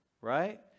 Right